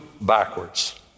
backwards